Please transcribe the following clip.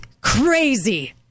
crazy